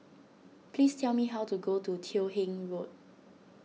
please tell me how to get to Teo Hong Road